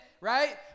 right